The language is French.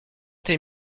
tes